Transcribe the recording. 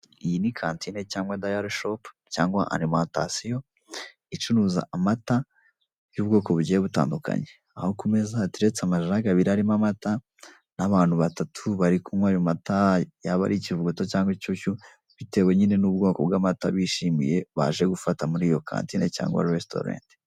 Iyi ni kantine cyangwa dayari shopu cyangwa alimantasiyo icuruza amata y'ubwoko bugiye butandukanye, aho ku meza hateretse amajagi arimo amata n'abantu batatu bari kunywa ayo mata yaba ari ikivuguto cyangwa inshyushyu bitewe n'ubwoko bw'amata bishimiye baje gufata muri iyo kantine cyangwa resitoranti.